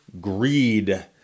greed